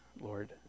Lord